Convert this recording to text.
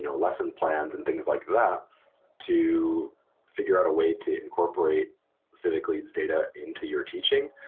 you know lesson plans and things like that to figure out a way to incorporate civicleads data into your teaching.